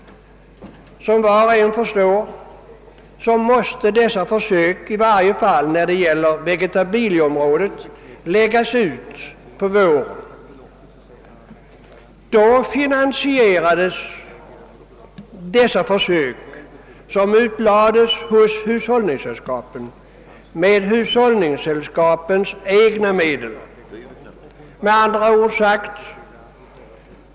Som var och en förstår måste dessa försök, i varje fall när det gäller vegetabilieområdet, läggas ut på våren. Tidigare finansierades dessa försök, som bedrevs av hushållningssällskapen, med hushållningssällskapens egna me del.